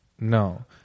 no